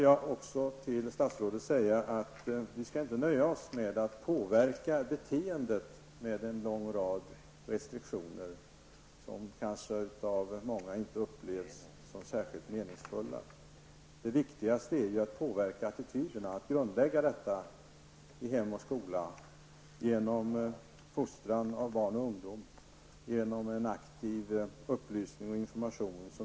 Jag vill till statsrådet säga att vi inte skall nöja oss med att med en lång rad restriktioner -- som av många kanske inte upplevs som meningsfulla -- påverka beteendet. Det viktigaste är ju att påverka attityderna och att grundlägga detta i hem och skola. Det kan ske genom en fostran av barn och ungdom och en aktiv upplysning och information.